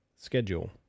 schedule